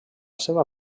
seva